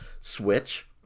switch